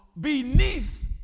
beneath